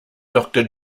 doctor